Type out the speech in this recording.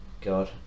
God